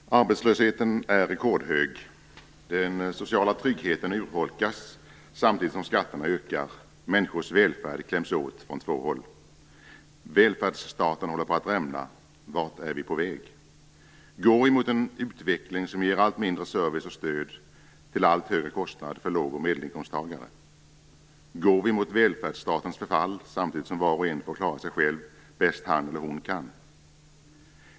Herr talman! Arbetslösheten är rekordhög. Den sociala tryggheten urholkas samtidigt som skatterna ökar. Människors välfärd kläms åt från två håll. Välfärdsstaten håller på att rämna. Vart är vi på väg? Går vi mot en utveckling som ger allt mindre service och allt mindre stöd till en allt högre kostnad för låg och medelinkomsttagare? Går vi mot välfärdsstatens förfall samtidigt som var och en får klara sig själv bäst han eller hon kan?